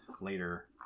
later